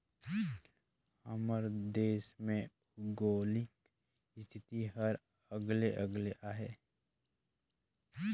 हमर देस के भउगोलिक इस्थिति हर अलगे अलगे अहे